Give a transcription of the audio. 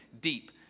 deep